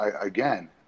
again